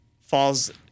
falls